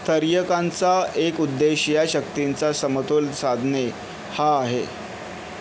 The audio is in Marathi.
स्थैर्यकांचा एक उद्देश या शक्तींचा समतोल साधणे हा आहे